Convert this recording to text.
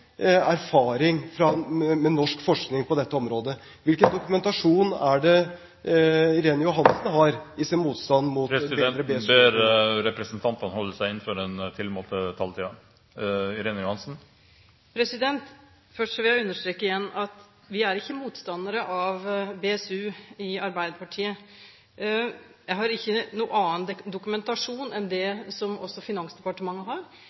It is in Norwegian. erfaring med norsk forskning på dette området. Hvilken dokumentasjon er det Irene Johansen har for sin motstand mot en bedre BSU-ordning? Presidenten ber representantene holde seg innenfor den tilmålte taletiden. Først vil jeg igjen understreke at vi ikke er motstandere av BSU i Arbeiderpartiet. Jeg har ikke noen annen dokumentasjon enn det som også Finansdepartementet har,